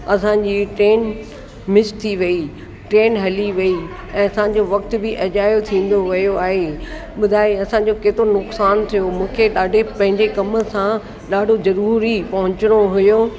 असांजी train miss थी वई ट्रेन हली वई ऐं असांजो वक़्त बि अजायो थींदो वियो आहे ॿुधाए असांजो केतिरो नुक़सानु थियो मूंखे ॾाढे पंहिंजे कम सां ॾाढो ज़रूरी पहुचणो हुओ